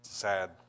sad